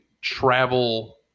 travel